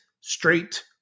straight